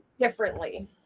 differently